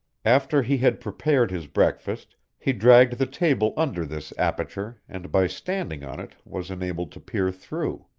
after he had prepared his breakfast he dragged the table under this aperture and by standing on it was enabled to peer through.